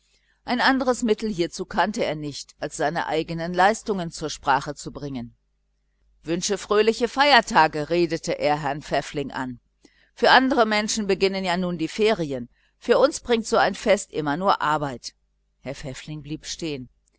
ein anderes mittel hiezu kannte er nicht als seine eigenen leitungen zur sprache zu bringen wünsche fröhliche feiertage redete er herrn pfäffling an für andere menschen beginnen ja nun die ferien für uns bringt so ein fest nur arbeit herr pfäffling blieb stehen